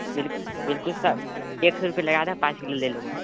bill बिल्कुल एक सए लगा देने पाँच किलो ले लेबौ